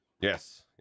yes